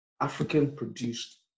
African-produced